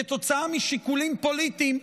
כתוצאה משיקולים פוליטיים,